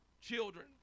children